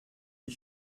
wie